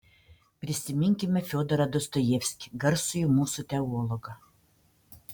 prisiminkime fiodorą dostojevskį garsųjį mūsų teologą